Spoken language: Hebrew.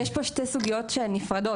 יש פה שתי סוגיות שהן נפרדות.